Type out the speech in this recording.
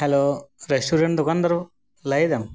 hello restaurant ᱫᱳᱠᱟᱱᱫᱟᱨᱚ ᱞᱟᱹᱭᱫᱟᱢ